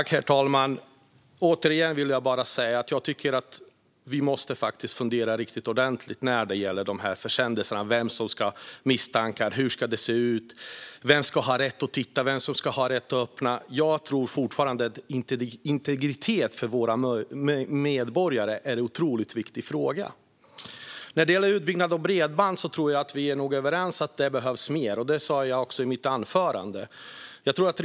Herr talman! Återigen vill jag säga att jag tycker att vi måste fundera riktigt ordentligt när det gäller de här försändelserna. Vem ska ha misstankar? Hur ska det se ut? Vem ska ha rätt att titta? Vem ska ha rätt att öppna? Integriteten för våra medborgare är en otroligt viktig fråga. När det gäller utbyggnad av bredband tror jag att vi är överens om att det behövs mer. Det sa jag också i mitt huvudanförande.